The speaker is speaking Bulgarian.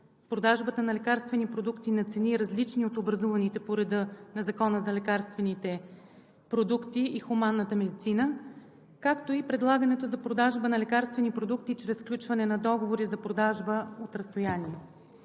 продажбата на лекарствени продукти на цени, различни от образуваните по реда на Закона за лекарствените продукти и хуманната медицина, както и предлагането за продажба на лекарствени продукти чрез сключване на договори за продажба от разстояние.